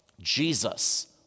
Jesus